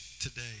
today